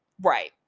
right